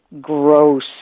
gross